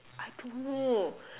I don't know